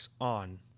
on